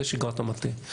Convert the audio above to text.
זו שגרת המטה.